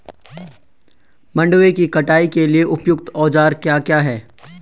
मंडवे की कटाई के लिए उपयुक्त औज़ार क्या क्या हैं?